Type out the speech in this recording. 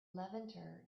levanter